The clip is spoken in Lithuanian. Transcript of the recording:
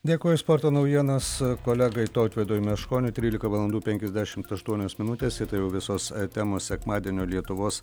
dėkui už sporto naujienas kolegai tautvydui meškoniui trylika valandų penkiasdešimt aštuonios minutės ir tai jau visos temos sekmadienio lietuvos